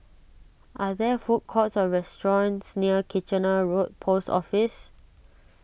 are there food courts or restaurants near Kitchener Road Post Office